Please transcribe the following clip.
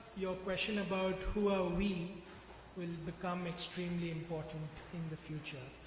your question about who are we will become extremely important in the future.